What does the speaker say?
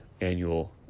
annual